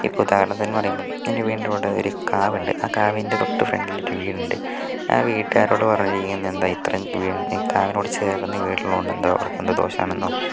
ഇപ്പം ഉദാഹരണത്തിന് എന്ന് പറയുമ്പം എൻ്റെ വീടിൻ്റെ അവിടെ ഒരു കാവുണ്ട് ആ കാവിൻ്റെ തൊട്ട് ഫ്രണ്ടിൽ ഒരു വീടുണ്ട് ആ വീട്ടുകാരോട് പറഞ്ഞിരിക്കുന്ന എന്താ ഇത്ര ആ കാവിനോട് ചേർന്ന് വീട് ഉള്ളതുകൊണ്ട് എന്തോ അവർക്ക് എന്തോ ദോഷമാണെന്നോ